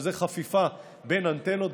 שזה חפיפה בין אנטנות,